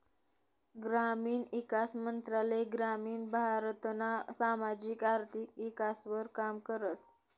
ग्रामीण ईकास मंत्रालय ग्रामीण भारतना सामाजिक आर्थिक ईकासवर काम करस